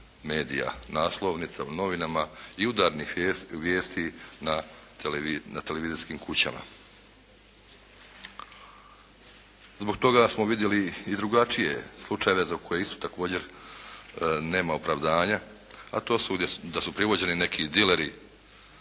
medija, naslovnica u novinama i udarnih vijesti na televizijskim kućama. Zbog toga smo vidjeli i drugačije slučajeve za koje isto također nema opravdanja, a to su da su privođeni neki dileri